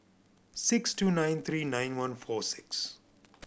six two nine three nine one four six